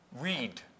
Read